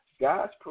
God's